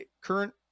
current